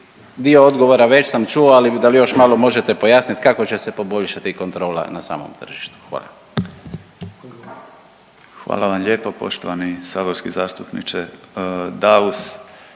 dio odgovora već sam čuo, ali da li još malo možete pojasnit kako će se poboljšati kontrola na samom tržištu, hvala. **Mršić, Šime** Hvala vam lijepo poštovani saborski zastupniče Daus.